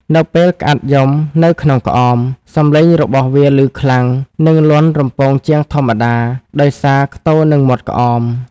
នៅពេលក្អាត់យំនៅក្នុងក្អម សំឡេងរបស់វាឮខ្លាំង និងលាន់រំពងជាងធម្មតា ដោយសារខ្ទរនឹងមាត់ក្អម។